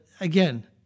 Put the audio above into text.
again